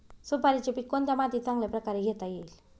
सुपारीचे पीक कोणत्या मातीत चांगल्या प्रकारे घेता येईल?